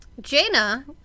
Jaina